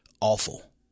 awful